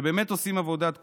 שבאמת עושים עבודת קודש,